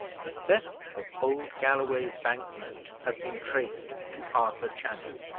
the theft of old galloway's bank-note has been traced to arthur channing.